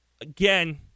again